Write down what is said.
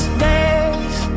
days